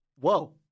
Whoa